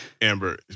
Amber